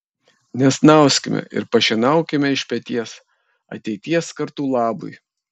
nesnauskime ir pašienaukime iš peties ateities kartų labui